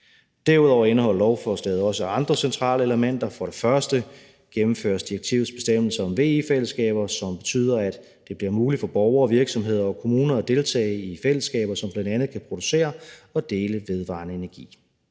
Derudover indeholder lovforslaget også andre centrale elementer. For det første gennemføres direktivets bestemmelser om VE-fællesskaber, som betyder, at det bliver muligt for borgere, virksomheder og kommuner at deltage i fællesskaber, som bl.a. kan producere og dele vedvarende energi.